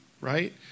right